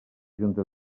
junta